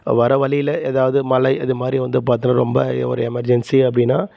வர வழியில ஏதாவது மழை அதுமாதிரி வந்து பார்த்தீன்னா ரொம்ப எ ஒரு எமெர்ஜென்சி அப்படின்னா